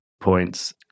points